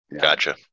Gotcha